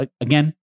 Again